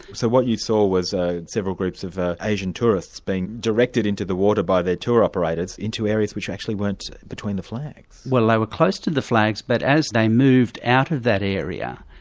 so what you saw was ah several groups of asian tourists being directed into the water by their tour operators, into areas which actually weren't between the flags? well they were close to the flags, but as they moved out of that area,